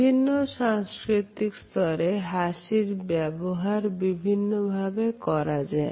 বিভিন্ন সাংস্কৃতিক স্তরে হাসির ব্যবহার বিভিন্নভাবে করা হয়